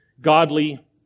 godly